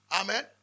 Amen